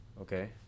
Okay